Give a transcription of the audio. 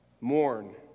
mourn